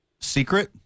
Secret